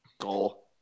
Goal